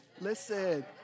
listen